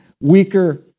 weaker